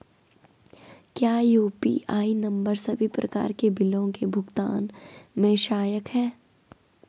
क्या UPI number सभी प्रकार के बिलों के भुगतान में सहायक हैं?